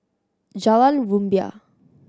Jalan Rumbia